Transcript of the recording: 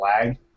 lag